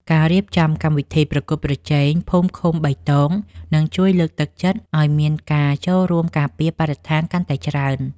ការរៀបចំកម្មវិធីប្រកួតប្រជែងភូមិឃុំបៃតងនឹងជួយលើកទឹកចិត្តឱ្យមានការចូលរួមការពារបរិស្ថានកាន់តែច្រើន។